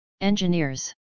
engineers